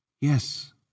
Yes